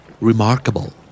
Remarkable